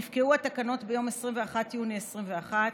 יפקעו התקנות ביום 21 ביוני 2021,